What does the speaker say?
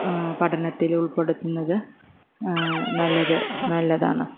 പഠനത്തിൽ ഉൾപ്പെടുത്തുന്നത് നല്ലത് നല്ലതാന്ന്